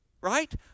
Right